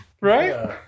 right